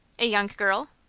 a young girl?